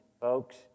folks